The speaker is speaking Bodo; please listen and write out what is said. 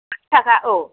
आसि थाखा औ